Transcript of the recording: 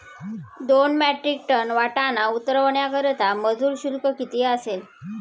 दोन metric tonne वाटाणा उतरवण्याकरता मजूर शुल्क किती असेल?